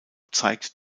zeigt